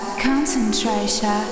Concentration